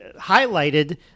highlighted